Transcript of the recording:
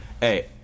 Hey